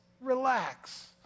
Relax